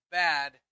bad